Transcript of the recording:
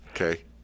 Okay